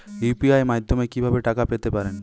UPI মাধ্যমে কি ভাবে টাকা পেতে পারেন?